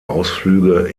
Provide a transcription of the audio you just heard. ausflüge